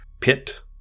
pit